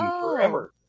forever